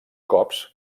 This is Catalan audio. cops